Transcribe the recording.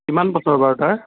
কিমান বছৰ বাৰু তাৰ